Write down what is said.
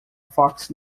fox